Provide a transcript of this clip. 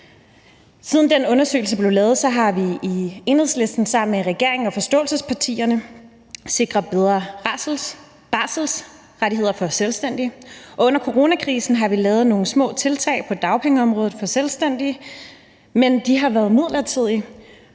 Siden den undersøgelse blev lavet, har vi i Enhedslisten sammen med regeringen og forståelsespartierne sikret bedre barselsrettigheder for selvstændige, og under coronakrisen har vi lavet nogle små tiltag på dagpengeområdet for selvstændige, men de har været midlertidige